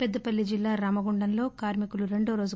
పెద్దపల్లి జిల్లా రామగుండంలో కార్మికులు రెండోరోజు